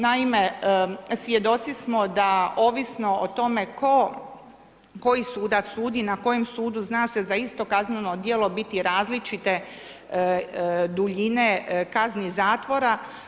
Naime, svjedoci smo da ovisno o tome koji sudac sudi, na kojem sudu, zna se za isto kazneno djelo biti različite duljine kazni zatvora.